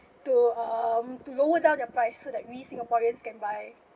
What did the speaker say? to um to lower down the price so that we singaporeans can buy